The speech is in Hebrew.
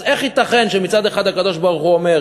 אז איך ייתכן שמצד אחד הקדוש-ברוך-הוא אומר